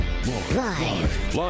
Live